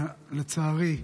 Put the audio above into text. ולצערי,